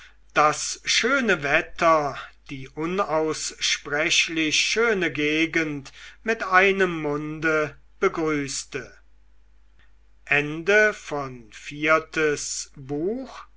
das schöne wetter die unaussprechlich schöne gegend mit einem munde begrüßte